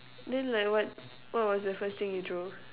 then like what what was the first thing you drew